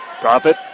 Profit